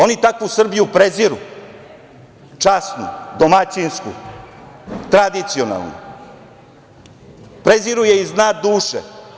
Oni takvu Srbiju preziru, časnu, domaćinsku, tradicionalnu, preziru je iz dna duše.